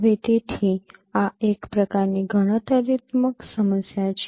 હવે તેથી આ એક પ્રકારની ગણતરીત્મક સમસ્યા છે